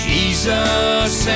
Jesus